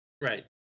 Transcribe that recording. Right